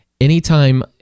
anytime